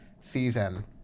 season